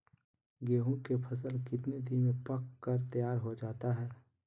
गेंहू के फसल कितने दिन में पक कर तैयार हो जाता है